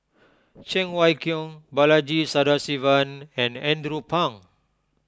Cheng Wai Keung Balaji Sadasivan and Andrew Phang